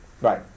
Right